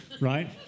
right